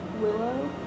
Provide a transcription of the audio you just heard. Willow